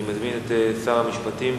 אני מזמין את שר המשפטים